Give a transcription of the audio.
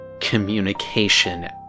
communication